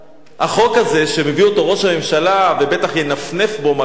שמביא אותו ראש הממשלה ובטח ינפנף בו מחר,